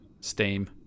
steam